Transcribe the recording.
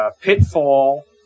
Pitfall